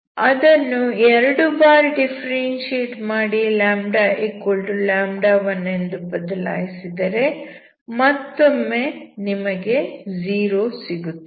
ಅದನ್ನು ಎರಡು ಬಾರಿ ಡಿಫ್ಫೆರೆನ್ಶಿಯೇಟ್ ಮಾಡಿ λ1 ಎಂದು ಬದಲಾಯಿಸಿದರೆ ಮತ್ತೊಮ್ಮೆ ನಿಮಗೆ 0 ಸಿಗುತ್ತದೆ